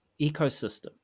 ecosystem